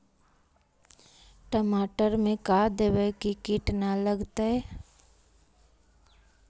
टमाटर में का देबै कि किट न लगतै?